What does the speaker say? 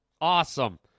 Awesome